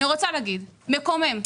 אני רוצה להגיד שזה מקומם.